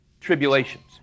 tribulations